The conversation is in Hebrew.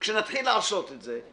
כשנתחיל לעשות את זה,